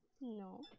No